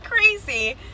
crazy